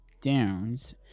downs